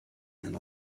and